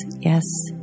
yes